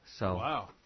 Wow